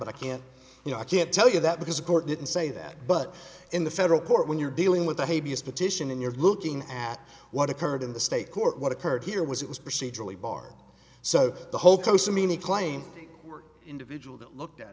but i can't you know i can't tell you that because the court didn't say that but in the federal court when you're dealing with the heaviest petition and you're looking at what occurred in the state court what occurred here was it was procedurally bar so the whole case i mean the claim were individual that looked at